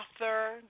author